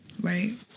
Right